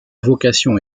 vocation